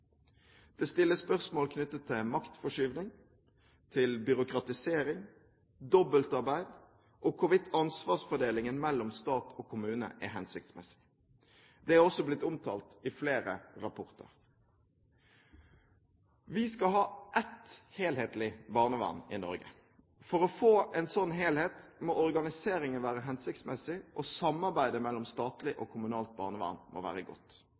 Det stilles spørsmål knyttet til maktforskyvning, til byråkratisering, dobbeltarbeid og hvorvidt ansvarsfordelingen mellom stat og kommune er hensiktsmessig. Dette er også blitt omtalt i flere rapporter. Vi skal ha ett helhetlig barnevern i Norge. For å få en sånn helhet må organiseringen være hensiktsmessig, og samarbeidet mellom statlig og kommunalt barnevern må være godt.